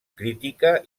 crítica